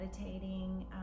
meditating